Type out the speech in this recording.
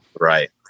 Right